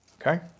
Okay